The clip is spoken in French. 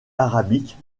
arabique